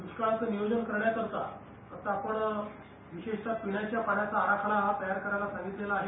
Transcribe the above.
द्ष्काळाचं नियोजन करण्याकरता आता आपण विशेषताः पिण्याच्या पाणाचा आराखडा तयार करायला सांगितलेलं आहे